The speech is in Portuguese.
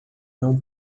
não